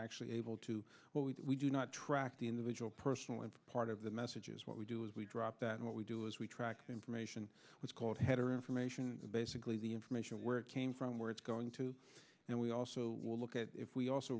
actually able to what we do not track the individual personal and part of the message is what we do is we drop that what we do is we track the information was called header information basically the information where it came from where it's going to and we also will look at if we also